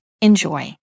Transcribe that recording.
Enjoy